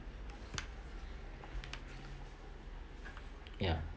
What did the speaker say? ya